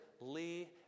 Lee